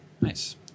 Nice